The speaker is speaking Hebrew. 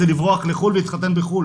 זה לברוח לחו"ל ולהתחתן בחו"ל